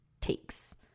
takes